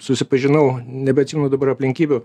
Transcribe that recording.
susipažinau nebeatsimenu dabar aplinkybių